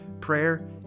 prayer